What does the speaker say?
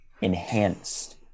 enhanced